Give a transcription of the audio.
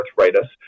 arthritis